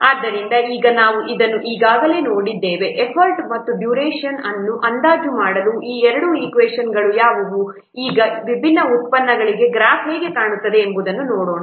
ಆದ್ದರಿಂದ ಈಗ ನಾವು ಇದನ್ನು ಈಗಾಗಲೇ ನೋಡಿದ್ದೇವೆ ಎಫರ್ಟ್ ಮತ್ತು ಡ್ಯುರೇಷನ್ ಅನ್ನು ಅಂದಾಜು ಮಾಡಲು ಈ 2 ಈಕ್ವೇಷನ್ಗಳು ಯಾವುವು ಈಗ ವಿಭಿನ್ನ ಉತ್ಪನ್ನಗಳಿಗೆ ಗ್ರಾಫ್ ಹೇಗೆ ಕಾಣುತ್ತದೆ ಎಂಬುದನ್ನು ನೋಡೋಣ